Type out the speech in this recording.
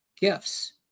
gifts